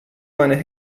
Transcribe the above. meine